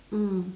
mm